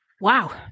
Wow